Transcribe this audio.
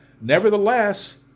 Nevertheless